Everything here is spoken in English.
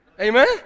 Amen